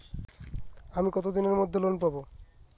আমি কতদিনের মধ্যে লোন পাব?